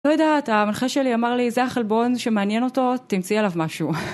לא יודעת, המנחה שלי אמר לי, זה החלבון שמעניין אותו, תמצאי עליו משהו.